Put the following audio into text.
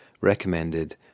recommended